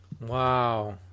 wow